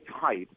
type